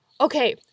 okay